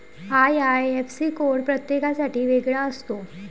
IIFC code प्रत्येकासाठी वेगळा असतो